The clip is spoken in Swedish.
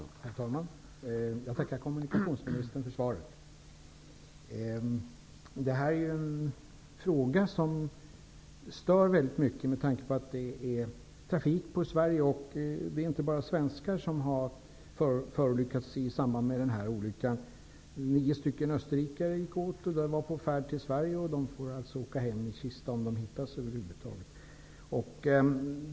Herr talman! Jag tackar kommunikationsministern för svaret. Denna fråga är mycket störande med tanke på att det gäller trafik på Sverige och att det inte bara är svenskar som har förolyckats i samband med den aktuella olyckan. Bl.a. omkom också nio österrikare, som var på väg till Sverige. De får alltså åka hem i kista, om de över huvud taget hittas.